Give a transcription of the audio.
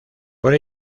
por